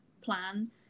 plan